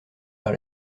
par